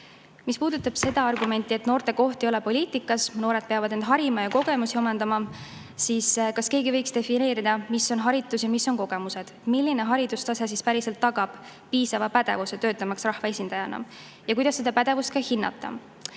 Mis puudutab argumenti, et noorte koht ei ole poliitikas, noored peavad end harima ja kogemusi omandama, siis kas keegi võiks defineerida, mis on haritus ja mis on kogemused? Milline haridustase päriselt tagab piisava pädevuse, töötamaks rahvaesindajana? Ja kuidas seda pädevust hinnata?